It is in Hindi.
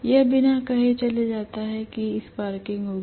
यह बिना कहे चल जाता है कि स्पार्किंग होगी